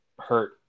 hurt